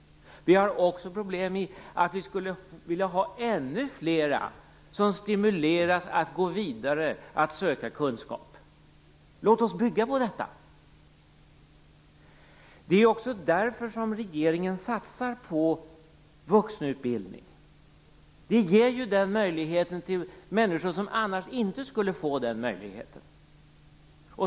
Vi har också problem med att vi skulle vilja ha ännu fler som stimuleras att gå vidare och söka kunskap. Låt oss bygga på detta. Det är också därför som regeringen satsar på vuxenutbildning. Det ger ju möjligheter till människor som annars inte skulle få den möjligheten.